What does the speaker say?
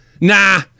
Nah